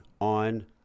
on